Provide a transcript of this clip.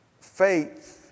faith